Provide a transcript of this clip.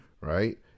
Right